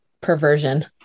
perversion